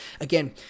again